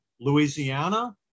Louisiana